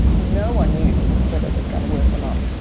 no one knew whether it was going to work or not.